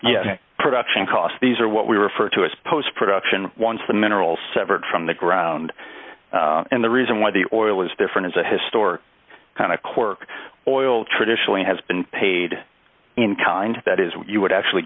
yes production costs these are what we refer to as post production once the minerals severed from the ground and the reason why the oil is different is a historic kind of quirk oil traditionally has been paid in kind that is where you would actually